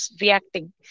reacting